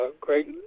great